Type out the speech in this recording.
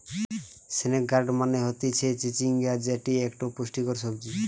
snake gourd মানে হতিছে চিচিঙ্গা যেটি একটো পুষ্টিকর সবজি